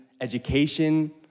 education